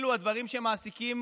אלו דברים שמעסיקים